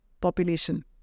population